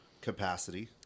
Capacity